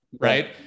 right